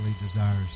desires